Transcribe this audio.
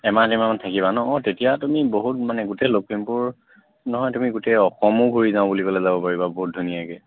এমাহ ডেৰমাহমান থাকিবা ন অ' তেতিয়া তুমি বহুত মানে গোটেই লখিমপুৰ নহয় তুমি গোটেই অসমো ঘূৰি যাওঁ বুলি ক'লে যাব পাৰিবা বহুত ধুনীয়াকৈ